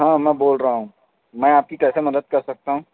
ہاں میں بول رہا ہوں میں آپ کی کیسے مدد کر سکتا ہوں